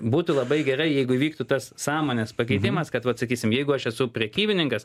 būtų labai gerai jeigu įvyktų tas sąmonės pakeitimas kad vat sakysim jeigu aš esu prekybininkas